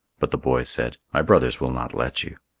but the boy said, my brothers will not let you.